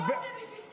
ניר, כל זה בשביל כיסא?